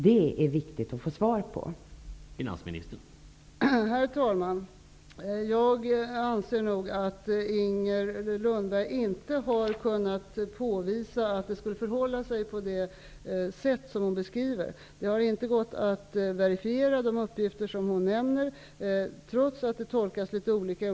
Det är viktigt att få svar på den frågan.